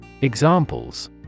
Examples